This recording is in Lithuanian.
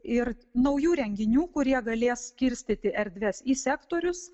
ir naujų renginių kurie galės skirstyti erdves į sektorius